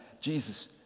Jesus